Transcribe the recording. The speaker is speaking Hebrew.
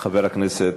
חבר הכנסת,